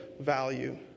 value